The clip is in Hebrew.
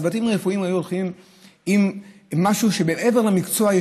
צוותים רפואיים היו הולכים עם משהו שמעבר למקצוע.